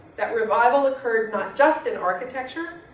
that revival occurred not just in architecture,